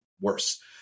worse